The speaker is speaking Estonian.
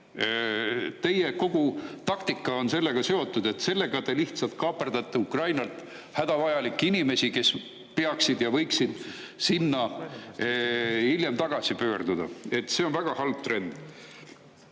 Teie kogu taktika on sellega seotud, et te lihtsalt kaaperdate Ukrainalt hädavajalikke inimesi, kes peaksid ja võiksid sinna hiljem tagasi pöörduda. See on väga halb trend. Aga